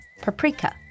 paprika